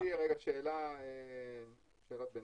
יש לי שאלת ביניים,